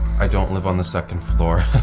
i don't live on the second floor